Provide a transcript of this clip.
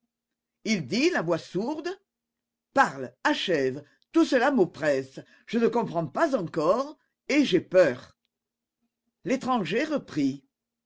il dit la voix sourde parle achève tout cela m'oppresse je ne comprends pas encore et j'ai peur l'étranger reprit